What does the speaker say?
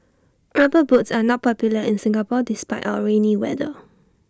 rubber boots are not popular in Singapore despite our rainy weather